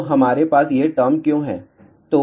अब हमारे पास ये टर्म क्यों हैं